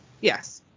yes